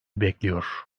bekliyor